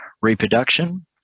reproduction